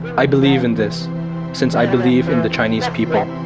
i believe in this since i believe in the chinese people